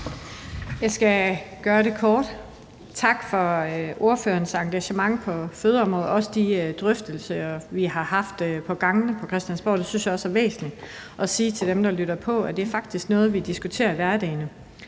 Jeg skal gøre det kort. Tak for ordførerens engagement på fødeområdet, også tak for de drøftelser, vi har haft på gangene på Christiansborg. Det synes jeg også er væsentligt at sige til dem, der lytter på, nemlig at det faktisk er noget, vi diskuterer i hverdagen.